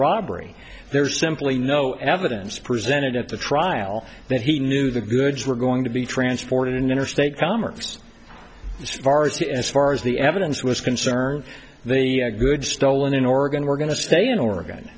robbery there's simply no evidence presented at the trial that he knew the goods were going to be transported in interstate commerce as far as the as far as the evidence was concerned the good stolen in oregon were going to stay in oregon